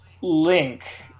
link